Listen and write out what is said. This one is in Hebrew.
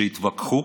שיתווכחו,